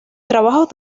trabajos